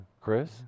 chris